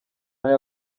aya